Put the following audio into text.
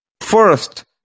First